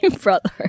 Brother